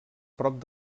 prop